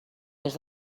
des